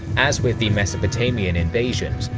as with the mesopotamian invasions,